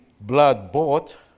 blood-bought